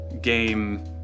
game